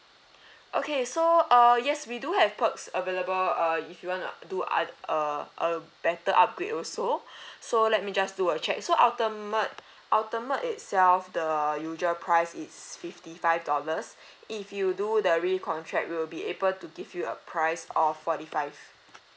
okay so uh yes we do have perks available uh if you want to do other uh a better upgrade also so let me just do a check so ultimate ultimate itself the usual price it's fifty five dollars if you do the recontract we'll be able to give you a price or forty five